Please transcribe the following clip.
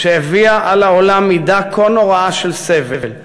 שהביאה על העולם מידה כה נוראה של סבל,